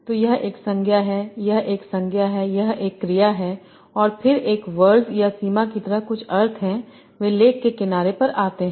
तो यह एक संज्ञा है यह एक संज्ञा है यह एक क्रिया है और फिर एक वर्ज या सीमा की तरह कुछ अर्थ है वे लेक के किनारे पर आते हैं